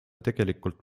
tegelikult